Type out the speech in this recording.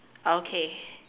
okay